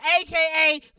AKA